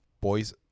boys